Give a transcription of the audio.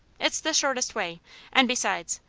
it's the shortest way and besides,